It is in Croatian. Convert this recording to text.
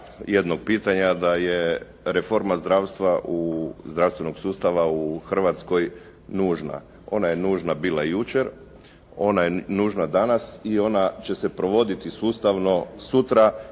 jednog pitanja da je reforma zdravstvenog sustava u Hrvatskoj nužna. Ona je nužna bila i jučer, ona je nužna danas i ona će se provoditi sustavno sutra.